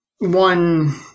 one